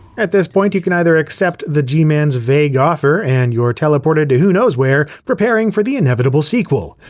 at this point you can either accept the g-man's vague offer and you're teleported to who knows where, preparing for the inevitable sequel.